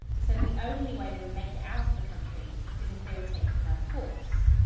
so the only way they would make it out of the country is if they were taken by force,